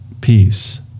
peace